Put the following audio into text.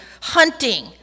hunting